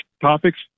topics